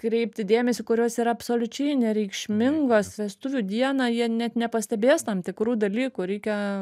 kreipti dėmesį kurios yra absoliučiai nereikšmingos vestuvių dieną jie net nepastebės tam tikrų dalykų reikia